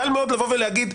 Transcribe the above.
קל מאוד לבוא ולהגיד,